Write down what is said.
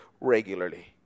regularly